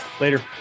Later